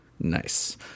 Nice